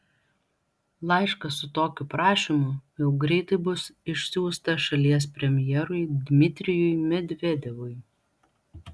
laiškas su tokiu prašymu jau greitai bus išsiųstas šalies premjerui dmitrijui medvedevui